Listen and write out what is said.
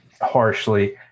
harshly